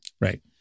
Right